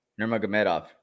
Nurmagomedov